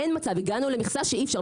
אין מצב, הגענו למכסה שאי אפשר.